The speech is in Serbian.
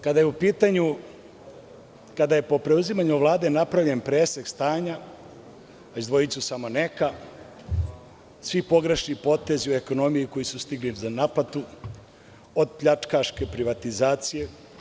Kada je po preuzimanju Vlade napravljen presek stanja, izdvojiću samo neka, svi pogrešni potezi u ekonomiji koji su stigli za naplatu od pljačkaške privatizacije.